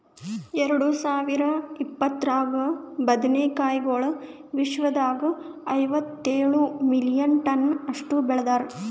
ಎರಡು ಸಾವಿರ ಇಪ್ಪತ್ತರಾಗ ಬದನೆ ಕಾಯಿಗೊಳ್ ವಿಶ್ವದಾಗ್ ಐವತ್ತೇಳು ಮಿಲಿಯನ್ ಟನ್ಸ್ ಅಷ್ಟು ಬೆಳದಾರ್